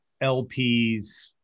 LPs